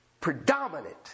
predominant